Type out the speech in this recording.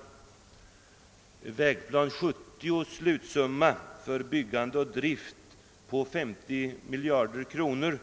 Slutsumman i Vägplan 70 för byggande och drift av vägar på 50 miljarder kronor